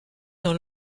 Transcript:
dans